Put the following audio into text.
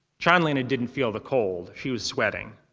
chanlina didn't feel the cold she was sweating.